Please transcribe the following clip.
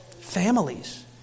families